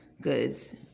goods